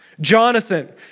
Jonathan